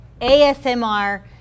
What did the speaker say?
ASMR